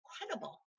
incredible